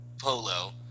polo